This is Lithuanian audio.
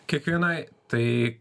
kiekvienai tai